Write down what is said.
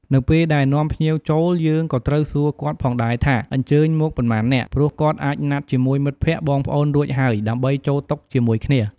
នៅពេលដែលនាំភ្ញៀវចូលយើងក៏ត្រូវសួរគាត់ផងដែរថា អញ្ជើញមកប៉ុន្មាននាក់ ព្រោះគាត់អាចណាត់ជាមួយមិត្តភក្តិបងប្អូនរួចហើយ ដើម្បីចូលតុជាមួយគ្នា។